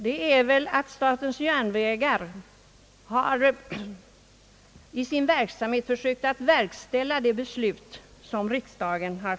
Det är väl att statens järnvägar i sin verksamhet försökt genomföra de beslut som riksdagen fattat.